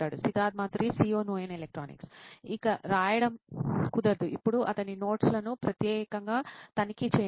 Siddharth Maturi CEO నోయిన్ electronics ఇక రాయడం కుదరదు ఇప్పుడు అతని నోట్స్ లను ప్రత్యేకంగా తనిఖీ చేయండి